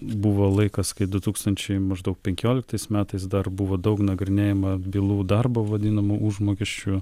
buvo laikas kai du tūkstančiai maždaug penkioliktais metais dar buvo daug nagrinėjama bylų darbo vadinamų užmokesčiu